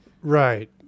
Right